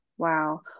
Wow